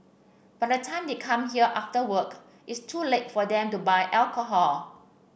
by the time they come here after work it's too late for them to buy alcohol